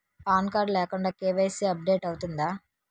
Pan card లేకుండా KYC update అవుతుందా?